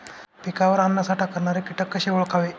पिकावर अन्नसाठा करणारे किटक कसे ओळखावे?